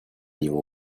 его